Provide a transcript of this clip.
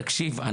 תקשיב,